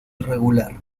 irregular